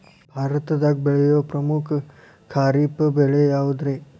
ಭಾರತದಾಗ ಬೆಳೆಯೋ ಪ್ರಮುಖ ಖಾರಿಫ್ ಬೆಳೆ ಯಾವುದ್ರೇ?